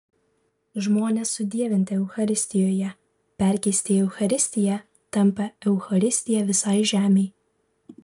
žmonės sudievinti eucharistijoje perkeisti į eucharistiją tampa eucharistija visai žemei